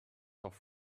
off